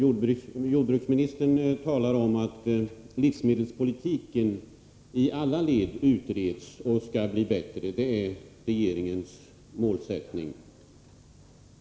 Fru talman! Jordbruksministern talar om att livsmedelspolitiken i alla led utreds och skall bli bättre. Det är regeringens målsättning.